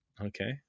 Okay